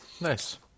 Nice